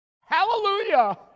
Hallelujah